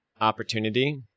opportunity